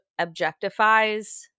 objectifies